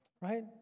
Right